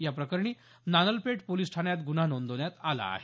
याप्रक्ररणी Nanalpeth police ठाण्यात गुन्हा नोंदवण्यात आला आहे